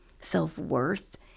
self-worth